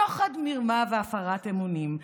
שוחד, מרמה והפרת אמונים,